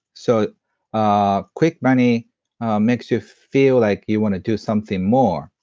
so ah quick money makes you feel like you want to do something more,